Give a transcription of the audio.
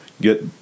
get